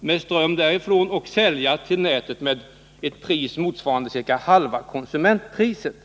med ström därifrån samt sälja till nätet med ett pris motsvarande halva konsumentpriset.